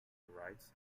rights